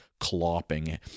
clopping